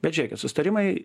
bet žiūrėkit susitarimai